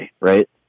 right